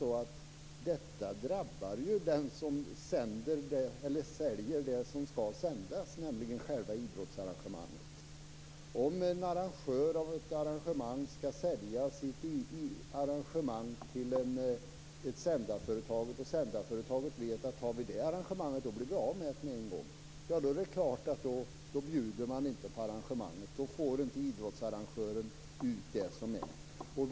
Men detta drabbar ju den som sänder det som skall sändas, nämligen själva idrottsarrangemanget. Om en arrangör skall sälja sitt arrangemang till ett sändarföretag och sändarföretaget vet att om de tar detta arrangemang blir de av med det på en gång, är det klart att de inte bjuder på arrangemanget. Då får inte idrottsarrangören ut någonting.